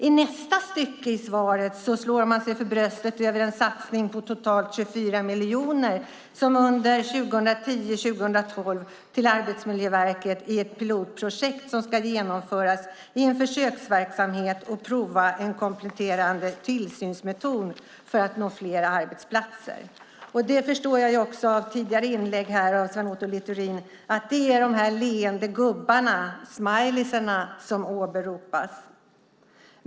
I nästa stycke i svaret slår man sig för bröstet över en satsning på totalt 24 miljoner till Arbetsmiljöverket under 2010-2012 i ett pilotprojekt som ska genomföras i en försöksverksamhet. Man ska prova en kompletterande tillsynsmetod för att nå fler arbetsplatser. Jag förstår av tidigare inlägg från Sven Otto Littorin att det är de leende gubbarna, smileysarna, som åberopas.